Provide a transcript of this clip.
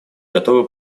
готовы